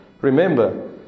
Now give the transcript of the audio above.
Remember